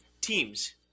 teams